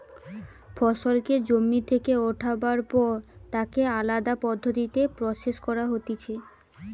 ফসলকে জমি থেকে উঠাবার পর তাকে আলদা পদ্ধতিতে প্রসেস করা হতিছে